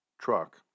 truck